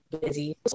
busy